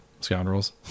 scoundrels